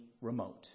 remote